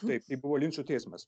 taip tai buvo linčo teismas